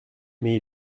mais